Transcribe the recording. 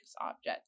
object